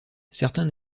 certains